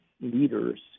leaders